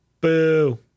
boo